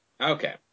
Okay